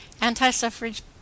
anti-suffrage